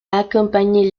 accompagné